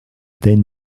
then